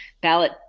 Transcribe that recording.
ballot